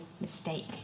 mistake